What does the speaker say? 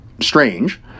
strange